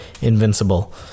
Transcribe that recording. Invincible